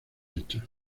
hechos